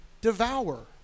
devour